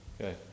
Okay